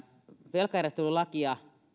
velkajärjestelylakia